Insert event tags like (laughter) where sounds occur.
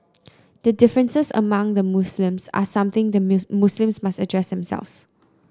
the differences among the Muslims are something the (unintelligible) Muslims must address themselves